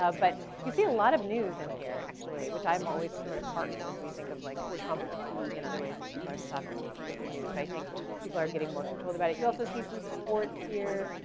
but you see a lot of news in here actually which i'm always sort of heartened as we think of like trump fatigue and other ways that people are stopping to get their news. but i think people are getting more controlled about it. you also see some sports here,